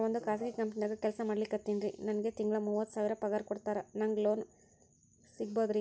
ನಾವೊಂದು ಖಾಸಗಿ ಕಂಪನಿದಾಗ ಕೆಲ್ಸ ಮಾಡ್ಲಿಕತ್ತಿನ್ರಿ, ನನಗೆ ತಿಂಗಳ ಮೂವತ್ತು ಸಾವಿರ ಪಗಾರ್ ಕೊಡ್ತಾರ, ನಂಗ್ ಎಷ್ಟು ಲೋನ್ ಸಿಗಬೋದ ರಿ?